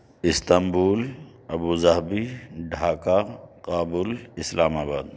Istanbul Abu Dhabi Dhaka Kabul اسلام آباد